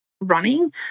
running